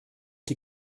die